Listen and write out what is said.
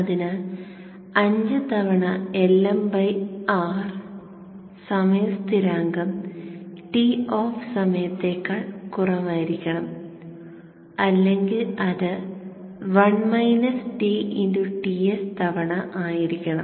അതിനാൽ അഞ്ച് തവണ Lm R സമയ സ്ഥിരാങ്കം T ഓഫ് സമയത്തേക്കാൾ കുറവായിരിക്കണം അല്ലെങ്കിൽ അത് Ts തവണ ആയിരിക്കണം